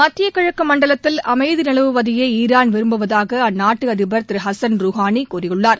மத்திய கிழக்கு மண்டலத்தில் அமைதி நிலவுவதையே ஈரான் விரும்புவதாக அந்நாட்டு அதிபர் திரு ஹசன் ரொஹானி கூறியுள்ளார்